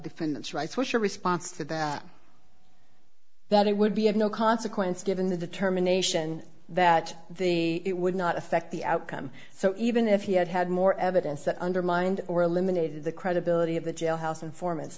defendant's rights what's your response to that that it would be of no consequence given the determination that it would not affect the outcome so even if he had had more evidence that undermined or eliminated the credibility of the jailhouse informants